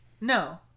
No